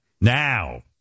now